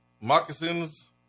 Moccasins